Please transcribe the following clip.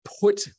put